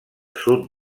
sud